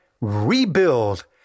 rebuild